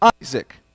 Isaac